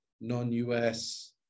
non-US